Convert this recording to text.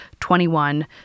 21